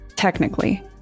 technically